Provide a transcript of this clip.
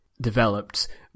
developed